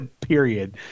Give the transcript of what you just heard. period